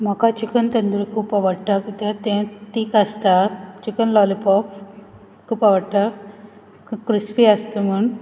म्हाका चिकन तंदुरी खूप आवडटा कित्याक तें तीख आसता चिकन लॉलीपॉप खूब आवडटा चिकन क्रिस्पी आसत म्हूण